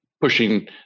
pushing